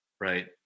Right